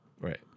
Right